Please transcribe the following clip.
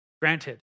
granted